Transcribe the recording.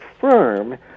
firm